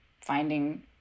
finding